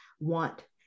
want